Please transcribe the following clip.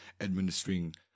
administering